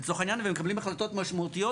לצורך העניין והם מקבלים החלטות משמעותיות